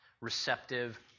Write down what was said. receptive